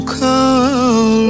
call